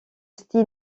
style